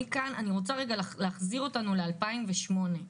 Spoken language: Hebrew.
אני רוצה להחזיר אותנו לשנת 2008,